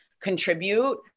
contribute